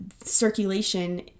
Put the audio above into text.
circulation